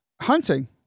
hunting